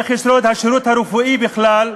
איך ישרוד השירות הרפואי בכלל?